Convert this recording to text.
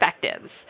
perspectives